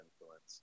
influence